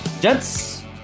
Gents